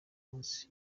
munsi